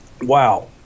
Wow